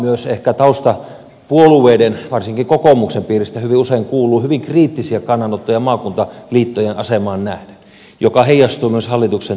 myös ehkä hallituksen taustapuolueiden varsinkin kokoomuksen piiristä hyvin usein kuuluu hyvin kriittisiä kannanottoja maakuntaliittojen asemaan nähden ja ne heijastuvat myös hallituksen työskentelyyn